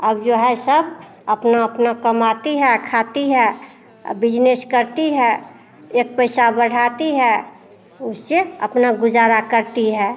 अब जो है सब अपना अपना कमाती है खाती है अब बिजनेस करती है एक पैसा बढ़ाती है उससे अपना गुजारा करती है